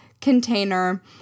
container